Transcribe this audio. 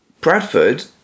Bradford